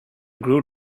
grew